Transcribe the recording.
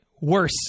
worse